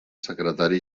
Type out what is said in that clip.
secretari